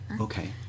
Okay